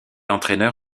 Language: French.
entraîneur